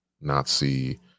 Nazi